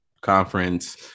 conference